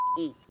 eat